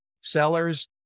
sellers